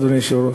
אדוני היושב-ראש.